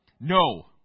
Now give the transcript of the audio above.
No